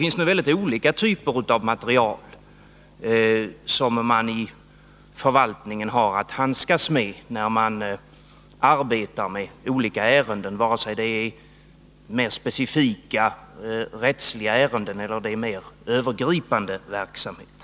Förvaltningen har att handskas med olika typer av material när den arbetar med skilda ärenden, vare sig det gäller mer specifika rättsliga ärenden eller mer övergripande verksamheter.